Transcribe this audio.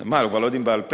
מה, כבר לא יודעים בעל-פה?